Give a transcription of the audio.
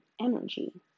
energy